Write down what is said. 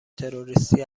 تروریستی